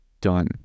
done